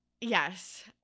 yes